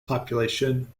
population